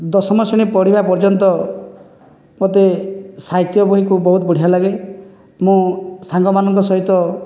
ଦଶମ ଶ୍ରେଣୀ ପଢ଼ିବା ପର୍ଯ୍ୟନ୍ତ ମୋତେ ସାହିତ୍ୟ ବହିକୁ ବହୁତ ବଢ଼ିଆ ଲାଗେ ମୁଁ ସାଙ୍ଗମାନଙ୍କ ସହିତ